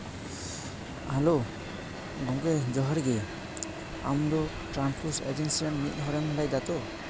hello ᱜᱚᱢᱠᱮ ᱡᱚᱦᱟᱨ ᱜᱮ ᱟᱢ ᱫᱚ ᱴᱨᱟᱱᱯᱳᱨᱴ ᱮᱡᱮᱱᱥᱤ ᱨᱮᱱ ᱢᱤᱫ ᱦᱚᱲᱮᱢ ᱞᱟᱹᱭ ᱮᱫᱟᱛᱚ